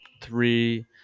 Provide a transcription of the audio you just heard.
three